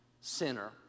sinner